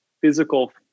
physical